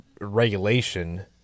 regulation